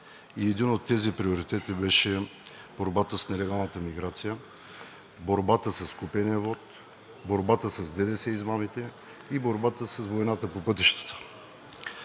и един от тези приоритети беше борбата с нелегалната миграция, борбата с купения вот, борбата с ДДС измамите и борбата с войната по пътищата.